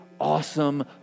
awesome